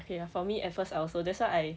okay ah for me at first I also that's why I